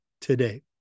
today